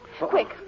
quick